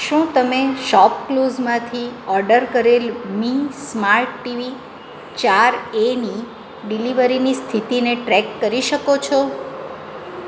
શું તમે શોપક્લૂઝમાંથી ઓર્ડર કરેલ મી સ્માર્ટ ટીવી ચાર એની ડિલિવરીની સ્થિતિને ટ્રેક કરી શકો છો